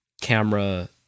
camera